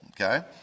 okay